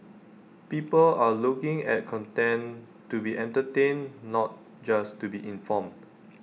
people are looking at content to be entertained not just to be informed